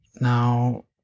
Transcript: Now